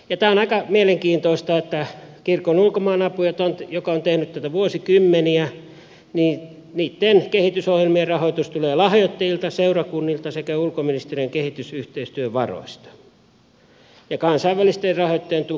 on aika mielenkiintoista että kirkon ulkomaan avun joka on tehnyt tätä vuosikymmeniä kehitysohjelmien rahoitus tulee lahjoittajilta seurakunnilta sekä ulkoministeriön kehitysyhteistyövaroista ja kansainvälisten rahoittajien tuki on kasvussa